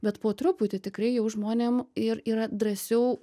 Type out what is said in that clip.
bet po truputį tikrai jau žmonėm ir yra drąsiau